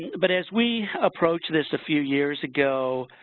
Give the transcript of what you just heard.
but, as we approach this a few years ago,